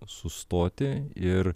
sustoti ir